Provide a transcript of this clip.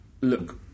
Look